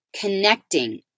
connecting